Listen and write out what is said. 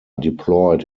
deployed